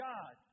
God